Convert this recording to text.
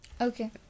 Okay